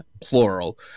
plural